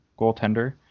goaltender